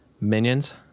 Minions